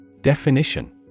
Definition